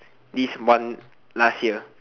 this one last year